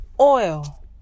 Oil